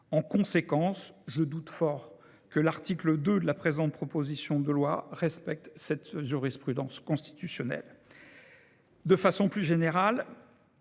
En conséquence, je doute fort que l’article 2 de la présente proposition de loi respecte cette jurisprudence constitutionnelle. De façon plus générale,